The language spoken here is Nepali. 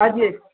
हजुर